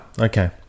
Okay